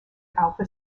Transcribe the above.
alpha